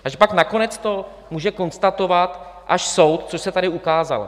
A že pak nakonec to může konstatovat až soud, což se tady ukázalo.